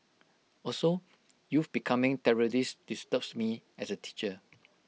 also youth becoming terrorists disturbs me as A teacher